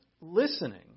listening